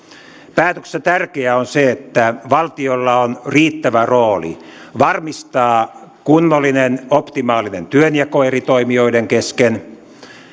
päätöksessä tärkeää on se että valtiolla on riittävä rooli varmistaa kunnollinen optimaalinen työnjako eri toimijoiden kesken ja